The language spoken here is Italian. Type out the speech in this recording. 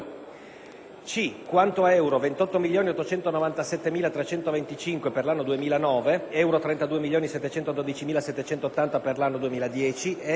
c) quanto a euro 28.897.325 per l'anno 2009, euro 32.712.780 per l'anno 2010,